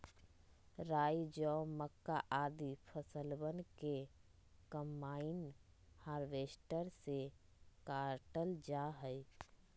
राई, जौ, मक्का, आदि फसलवन के कम्बाइन हार्वेसटर से काटल जा हई